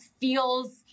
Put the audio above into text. feels